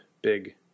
big